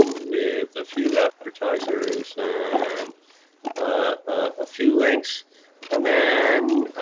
with a few advertisers and a few links and then